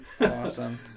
Awesome